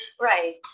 right